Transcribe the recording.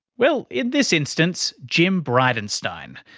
well, in this instance jim bridenstine,